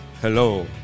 Hello